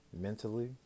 mentally